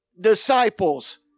disciples